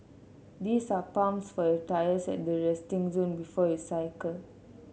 these are pumps for your tyres at the resting zone before you cycle